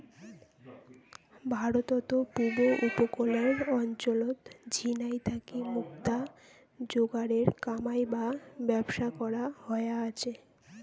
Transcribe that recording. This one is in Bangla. ভারতত পুব উপকূলের অঞ্চলত ঝিনাই থাকি মুক্তা যোগারের কামাই বা ব্যবসা করা হয়া আচে